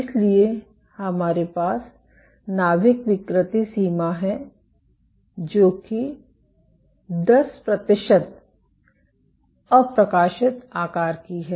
इसलिए हमारे पास नाभिक विकृति सीमा है जो कि 10 प्रतिशत अप्रकाशित आकार की है